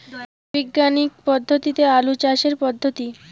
বিজ্ঞানিক পদ্ধতিতে আলু চাষের পদ্ধতি?